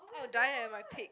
I will die at my peak